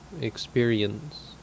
experience